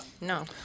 No